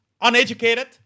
uneducated